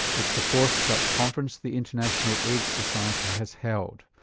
it's the fourth such conference the international aids society has held.